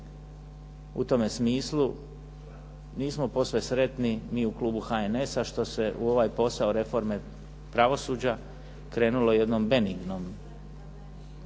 U tome smislu nismo posve sretni mi u klubu HNS-a što se u ovaj posao reforme pravosuđa krenulo jednom benignom